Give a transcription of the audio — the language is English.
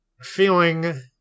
feeling